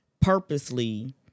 purposely